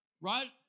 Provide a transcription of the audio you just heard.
Right